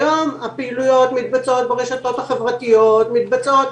היום הפעילויות מתבצעות ברשתות החברתיות, מתבצעות